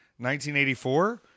1984